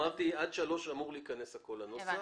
אמרתי שעד (3) אמור להיכנס הכול לנוסח.